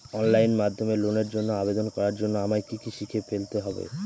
Online মাধ্যমে লোনের জন্য আবেদন করার জন্য আমায় কি কি শিখে ফেলতে হবে?